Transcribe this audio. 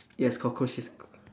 yes cockroach is